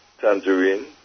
tangerine